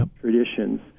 traditions